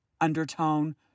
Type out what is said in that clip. undertone